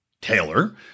Taylor